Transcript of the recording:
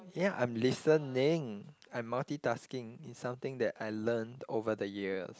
yeah I'm listening I'm multitasking it's something that I learned over the years